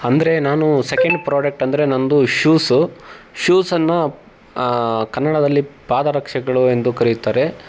ಅಂದರೆ ನಾನು second product ಅಂದರೆ ನನ್ನದು ಶೂಸು ಶೂಸನ್ನು ಕನ್ನಡದಲ್ಲಿ ಪಾದರಕ್ಷೆಗಳು ಎಂದು ಕರೆಯುತ್ತಾರೆ